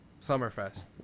Summerfest